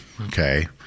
okay